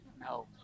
No